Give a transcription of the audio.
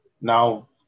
Now